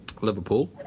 liverpool